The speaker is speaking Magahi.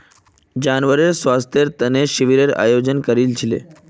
जानवरेर स्वास्थ्येर तने शिविरेर आयोजन करील छिले